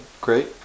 great